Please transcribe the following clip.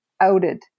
outed